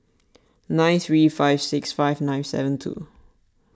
nine three five six five nine seven two